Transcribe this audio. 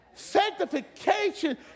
sanctification